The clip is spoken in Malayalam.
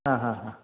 ആ ഹാ ആ